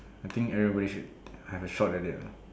I think everybody should have a shot at it